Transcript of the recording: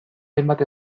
hainbat